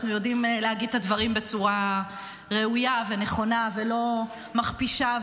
אנחנו יודעים להגיד את הדברים בצורה ראויה ונכונה ולא מכפישה,